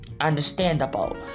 Understandable